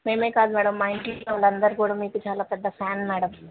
మేమే కాదు మేడం మా ఇంటిలో అందరు కూడా మీకు చాలా పెద్ద ఫ్యాన్ మేడం